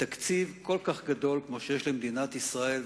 בתקציב כל כך גדול כמו שיש למדינת ישראל,